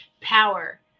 power